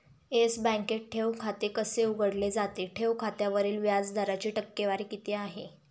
Yes बँकेत ठेव खाते कसे उघडले जाते? ठेव खात्यावरील व्याज दराची टक्केवारी किती आहे?